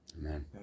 Amen